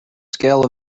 scale